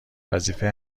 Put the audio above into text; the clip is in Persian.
وظیفه